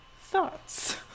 Thoughts